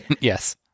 Yes